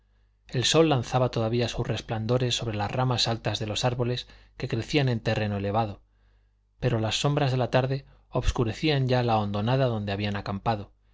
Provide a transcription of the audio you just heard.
el sol lanzaba todavía sus resplandores sobre las ramas altas de los árboles que crecían en terreno elevado pero las sombras de la tarde obscurecían ya la hondonada donde habían acampado